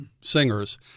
singers